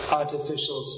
artificial